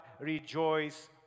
rejoice